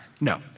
No